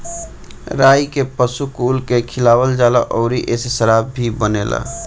राई के पशु कुल के खियावल जाला अउरी एसे शराब भी बनेला